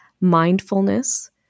Mindfulness